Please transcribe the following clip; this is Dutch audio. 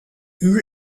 uur